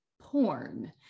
porn